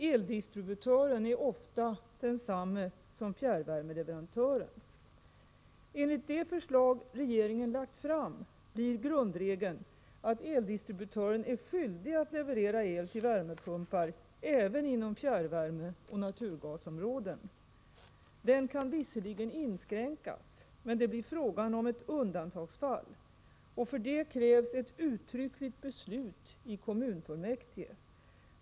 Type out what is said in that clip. Eldistributören är ofta densamma som fjärrvärmeleverantören. Enligt det förslag regeringen lagt fram blir grundregeln att eldistributören är skyldig att leverera el till värmepumpar även inom fjärrvärmeoch naturgasområden. Den kan visserligen inskränkas. Men det blir fråga om undantagsfall. Härför krävs ett uttryckligt beslut i kommunfullmäktige.